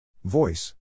Voice